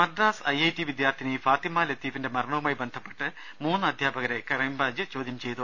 Madras IIT വിദ്യാർത്ഥിനി ഫാത്തിമാ ലത്തീഫിന്റെ മരണവുമായി ബന്ധ പ്പെട്ട് മൂന്ന് അധ്യാപകരെ ക്രൈംബ്രാഞ്ച് ചോദ്യം ചെയ്തു